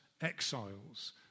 exiles